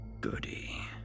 goody